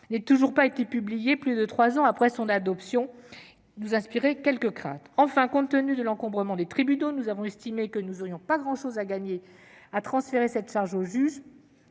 n'ait toujours pas été publié, plus de trois ans après l'adoption du texte, nous a inspiré quelques craintes. Enfin, compte tenu de l'encombrement des tribunaux, nous avons estimé qu'il n'y aurait pas grand intérêt à transférer cette charge au juge.